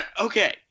Okay